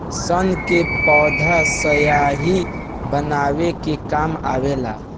सन के पौधा स्याही बनावे के काम आवेला